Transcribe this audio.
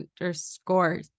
underscore